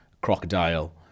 Crocodile